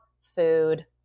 food